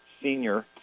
senior